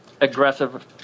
aggressive